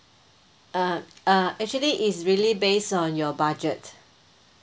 uh uh actually it's really based on your budget